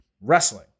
wrestling